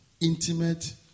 intimate